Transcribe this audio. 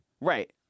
Right